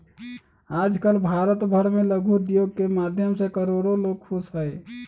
आजकल भारत भर में लघु उद्योग के माध्यम से करोडो लोग खुश हई